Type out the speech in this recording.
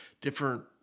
different